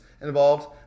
involved